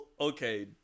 okay